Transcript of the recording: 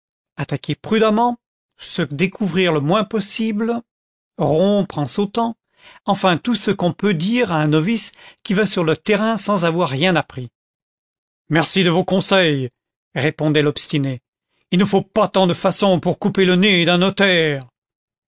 attaquer prudemment se découvrir le moins possible rompre en sau taut enfin tout ce qu'on peut dire à un novice qui va sur le terrain sans avoir rien appris content from google book search generated at merci de vos conseils répondait l'obstiné il ne faut pas tant de façons pour couper le nez d'un notaire